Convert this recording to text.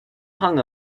hung